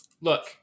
look